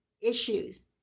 issues